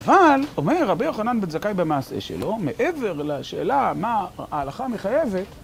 אבל, אומר רבי יוחנן בן זכאי במעשה שלו, מעבר לשאלה מה ההלכה מחייבת